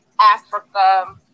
Africa